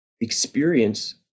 experience